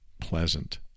pleasant